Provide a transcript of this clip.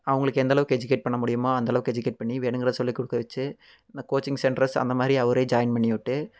அவங்களுக்கு எந்த அளவுக்கு எஜிகேட் பண்ண முடியுமோ அந்த அளவுக்கு எஜிகேட் பண்ணி வேணுங்கிறத சொல்லிக் கொடுக்க வச்சு இந்த கோச்சிங் சென்ட்ரஸ் அந்த மாதிரி அவரே ஜாயின் பண்ணிவிட்டு